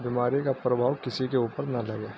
بیماری کا پربھاؤ کسی کے اوپر نہ لگے